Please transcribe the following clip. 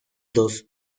dos